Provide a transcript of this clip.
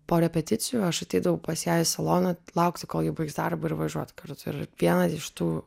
po repeticijų aš ateidavau pas ją į saloną laukti kol ji baigs darbą ir važiuot kartu ir vieną iš tų